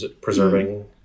preserving